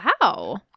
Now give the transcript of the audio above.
Wow